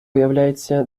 виявляється